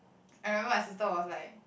I remember my sister was like